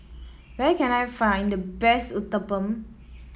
where can I find the best Uthapam